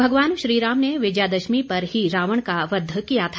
भगवान श्री राम ने विजयादशमी पर ही रावण का वध किया था